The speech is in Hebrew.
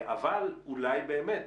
אבל אולי באמת,